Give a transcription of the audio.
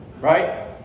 Right